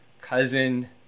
cousin